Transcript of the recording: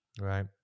Right